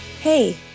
Hey